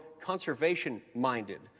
conservation-minded